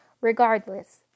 Regardless